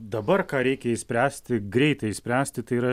dabar ką reikia išspręsti greitai išspręsti tai yra